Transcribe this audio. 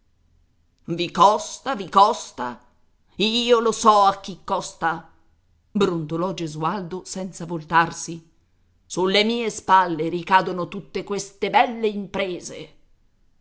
i costa vi costa io lo so a chi costa brontolò gesualdo senza voltarsi sulle mie spalle ricadono tutte queste belle imprese